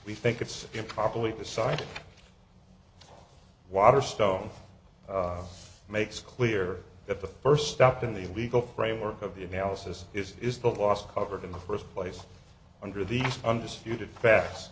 we think it's improperly decided waterstones makes clear that the first step in the legal framework of the analysis is the last covered in the first place under these undisputed fa